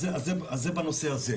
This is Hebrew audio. כן, אז זה בנושא הזה.